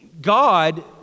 God